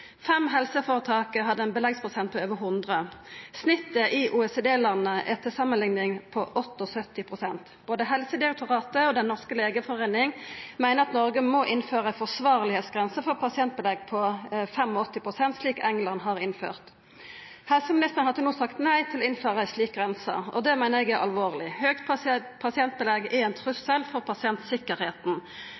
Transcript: Fem helseføretak hadde eit belegg på over 100 pst., og snittet i OECD-landa er til samanlikning på 78 pst. Både Helsedirektoratet og Den norske legeforening meiner at Noreg må innføra ei forsvarlegheitsgrense for pasientbelegg på 85 pst., slik England har innført. Helseministeren har til no sagt nei til å innføra ei slik grense, og det meiner eg er alvorleg. Høgt pasientbelegg er ein trussel for